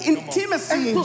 intimacy